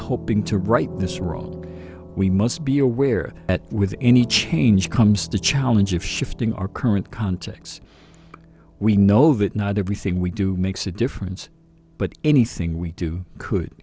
hoping to right this world we must be aware that with any change comes the challenge of shifting our current context we know that not everything we do makes a difference but anything we do could